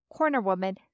cornerwoman